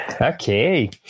Okay